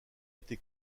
été